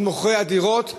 מוכרי הדירות,